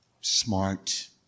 smart